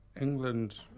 England